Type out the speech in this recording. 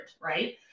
right